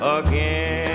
again